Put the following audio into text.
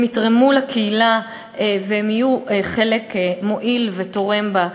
הם יתרמו לקהילה והם יהיו חלק מועיל ותורם בה.